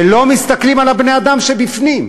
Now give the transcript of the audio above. ולא מסתכלים על בני-האדם שבפנים.